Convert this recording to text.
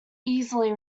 easily